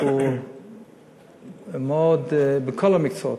בכל המקצועות,